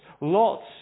lots